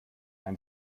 ein